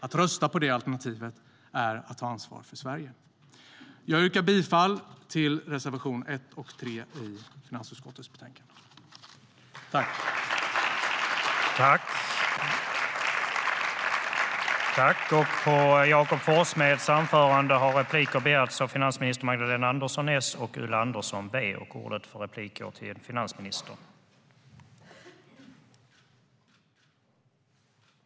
Att rösta på det alternativet är att ta ansvar för Sverige.